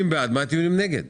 הטיעונים בעד ומה הטיעונים נגד?